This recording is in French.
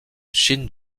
shin